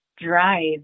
drive